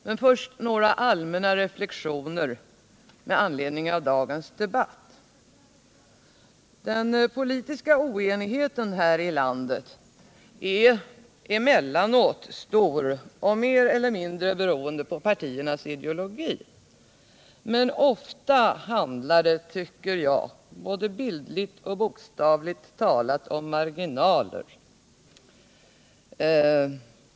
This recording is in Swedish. Men först några allmänna reflexioner med anledning av dagens debatt. Den politiska oenigheten här i landet är emellanåt stor och mer eller mindre beroende på partiernas ideologi. Men ofta handlar det, tycker jag, både bildligt och bokstavligt talat om marginaler.